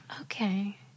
Okay